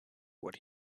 what